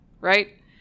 right